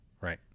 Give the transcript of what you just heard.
right